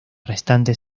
restantes